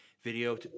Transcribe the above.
video